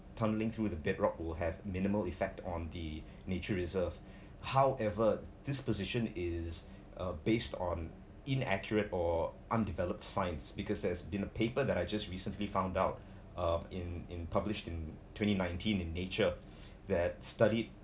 tunnelling through the bedrock will have minimal effect on the nature reserve however this position is uh based on inaccurate or undeveloped science because there's been a paper that I just recently found out um in in published in twenty nineteen in nature that study